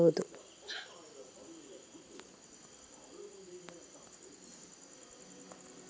ಹಸುವಿನ ಹಾಲನ್ನು ಕರೆಯುವ ಯಂತ್ರ ಯಾವುದು?